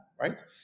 right